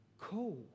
cool